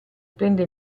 prende